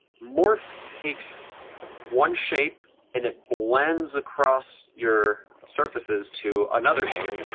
morph takes one shape and it blends across your surfaces to another shape.